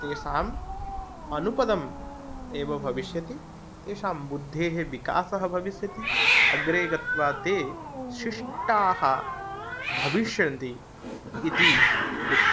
तेषाम् अनुपदम् एव भविष्यति तेषां बुद्धेः विकासः भविष्यति अग्रे गत्वा ते शिष्टाः भविष्यन्ति इति दिक्